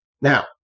Now